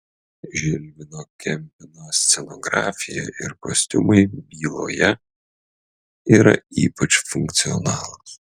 žilvino kempino scenografija ir kostiumai byloje yra ypač funkcionalūs